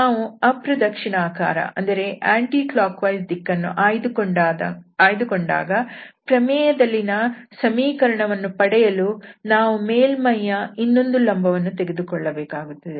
ನಾವು ಅಪ್ರದಕ್ಷಿಣಾಕಾರ ದಿಕ್ಕನ್ನು ಆಯ್ದುಕೊಂಡಾಗ ಪ್ರಮೇಯದಲ್ಲಿನ ಸಮೀಕರಣವನ್ನು ಪಡೆಯಲು ನಾವು ಮೇಲ್ಮೈಯ ಇನ್ನೊಂದು ಲಂಬವನ್ನು ತೆಗೆದುಕೊಳ್ಳಬೇಕಾಗುತ್ತದೆ